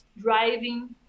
driving